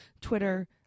Twitter